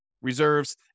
Reserves